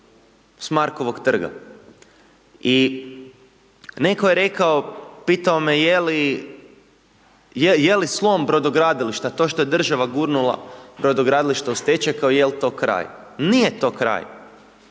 s Markovog trga. I netko je rekao, pitao me je je li slom brodogradilišta to što je država gurnula brodogradilište u stečaj, kao jel to kraj. Nije to kraj,